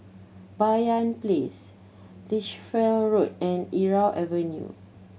Banyan Place Lichfield Road and Irau Avenue